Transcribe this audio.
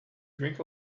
drink